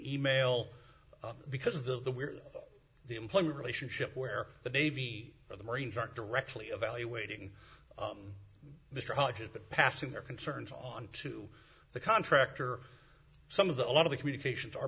email because the where the employment relationship where the navy or the marines aren't directly evaluating mr hodges but passing their concerns on to the contractor some of the a lot of the communications are